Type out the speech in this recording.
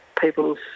people's